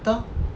entah